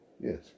Yes